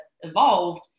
evolved